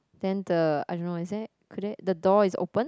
then the I don't know is there could there the door is open